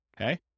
okay